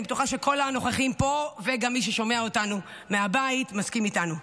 אני בטוחה שכל הנוכחים פה וגם מי ששומעים אותנו מהבית מסכימים איתנו.